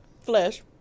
flesh